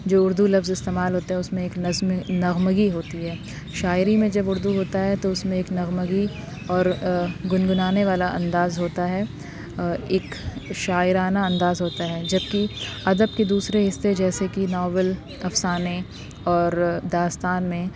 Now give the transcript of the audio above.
جو اردو لفظ استعمال ہوتے ہیں اس میں ایک نظم نغمگی ہوتی ہے شاعری میں جب اردو ہوتا ہے تو اس میں ایک نغمگی اور گنگنانے والا انداز ہوتا ہے اور ایک شاعرانہ انداز ہوتا ہے جب کہ ادب کے دوسرے حصے جیسے کہ ناول افسانے اور داستان میں